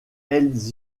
elles